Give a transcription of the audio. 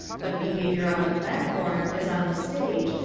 but behaviour on the platform, as on the stage,